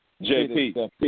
JP